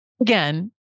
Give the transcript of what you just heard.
again